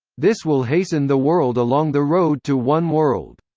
this will hasten the world along the road to one world.